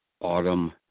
autumn